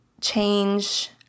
change